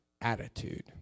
attitude